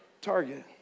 Target